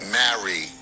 marry